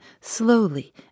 slowly